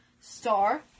Star